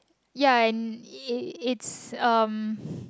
ya and it it's um